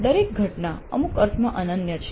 દરેક ઘટના અમુક અર્થમાં અનન્ય છે